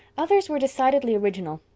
others were decidedly original.